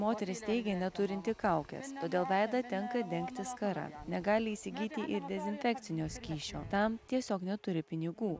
moteris teigia neturinti kaukės todėl veidą tenka dengti skara negali įsigyti ir dezinfekcinio skysčio tam tiesiog neturi pinigų